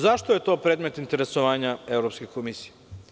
Zašto je to predmet interesovanja Evropske komisije?